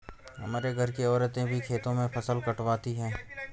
हमारे घर की औरतें भी खेतों में फसल कटवाती हैं